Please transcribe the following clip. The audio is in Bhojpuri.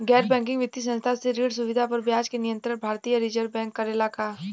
गैर बैंकिंग वित्तीय संस्था से ऋण सुविधा पर ब्याज के नियंत्रण भारती य रिजर्व बैंक करे ला का?